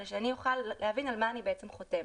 אלא שהוא באמת יוכל להבין על מה הוא בעצם חותם.